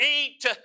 Eat